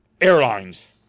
Airlines